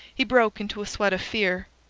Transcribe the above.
he broke into a sweat of fear.